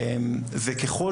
ככל